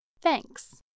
Thanks